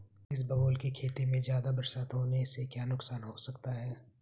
इसबगोल की खेती में ज़्यादा बरसात होने से क्या नुकसान हो सकता है?